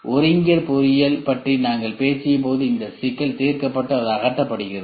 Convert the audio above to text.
ஒருங்கியல் பொறியியல் பற்றி நாங்கள் பேசியபோது இந்த சிக்கல் தீர்க்கப்பட்டு அது அகற்றப்படுகிறது